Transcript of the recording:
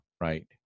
right